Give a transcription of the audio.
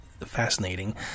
fascinating